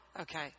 Okay